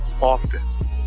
often